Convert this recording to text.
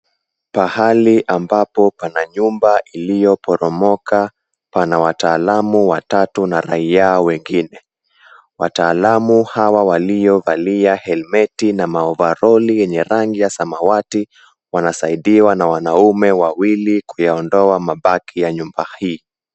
Pahali ambapo pana nyumba iliyo[oromoka , pana wataalamu watatu na raia wengine. Wataalamu hawa waliovalia helmeti na maovaroli yenye rangi ya samawati , wanasaidiwa na wanaume wawili kuyaondoa mabaki ya nyumba hii.